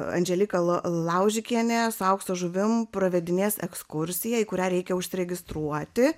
andželika laužikienė su aukso žuvim pravedinės ekskursiją į kurią reikia užsiregistruoti